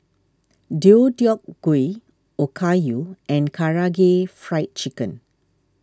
Deodeok Gui Okayu and Karaage Fried Chicken